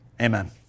Amen